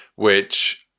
which.